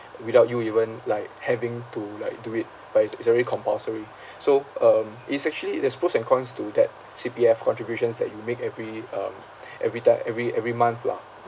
without you even like having to like do it but it's it's already compulsory so um it's actually there's pros and cons to that C_P_F contributions that you make every um every time every every month lah